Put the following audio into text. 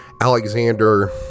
Alexander